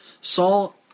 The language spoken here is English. Saul